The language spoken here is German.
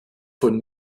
von